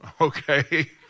okay